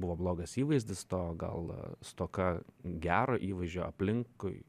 buvo blogas įvaizdis to gal stoka gero įvaizdžio aplinkui